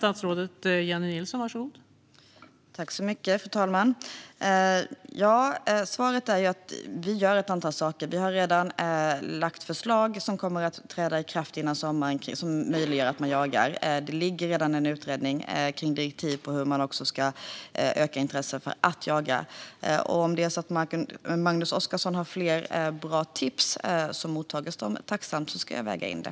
Fru talman! Svaret är att vi gör ett antal saker. Vi har redan lagt fram förslag som kommer att träda i kraft före sommaren som möjliggör att man jagar. Det finns redan en utredning med direktiv om hur man ska öka intresset för att jaga. Om Magnus Oscarsson har fler bra tips mottages de tacksamt, och så ska jag väga in det.